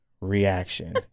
reaction